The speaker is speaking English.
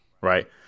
right